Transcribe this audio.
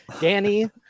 Danny